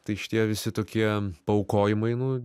tai šitie visi tokie paaukojimai nu